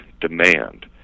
demand